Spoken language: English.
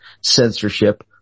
censorship